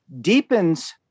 deepens